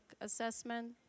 assessment